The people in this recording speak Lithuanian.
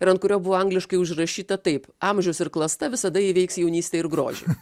ir ant kurio buvo angliškai užrašyta taip amžius ir klasta visada įveiks jaunystę ir grožį